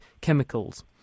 chemicals